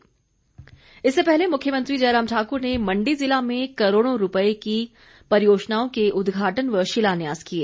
CM इससे पहले मुख्यमंत्री जयराम ठाकुर ने मंडी जिला में करोड़ों की परियोजनाओं के उद्घाटन व शिलान्यास किए